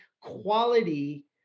quality